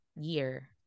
year